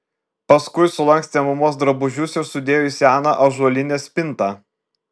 paskui sulankstė mamos drabužius ir sudėjo į seną ąžuolinę spintą